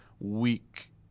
week